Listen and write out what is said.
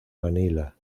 manila